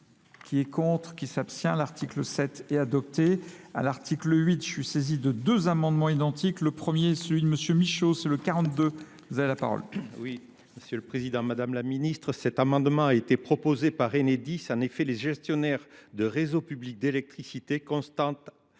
Qui est contre ? Qui s'abstient ? L'article 7 est adopté. À l'article 8, je suis saisi de deux amendements identiques. Le premier, celui de M. Michaud, c'est le 42. Vous avez la parole. Oui, M. le Président, Mme la Ministre, cet amendement a été proposé par Enedis, en effet les gestionnaires de réseaux publics d'électricité constantes.